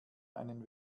einen